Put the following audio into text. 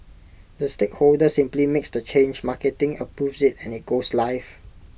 the stakeholder simply makes the change marketing approves IT and IT goes live